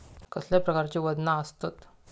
कसल्या प्रकारची वजना आसतत?